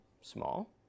small